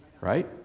right